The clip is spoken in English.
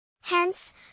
Hence